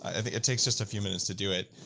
ah it takes just a few minutes to do it.